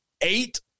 eight